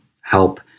help